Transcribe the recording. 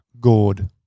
gourd